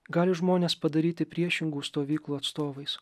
gali žmones padaryti priešingų stovyklų atstovais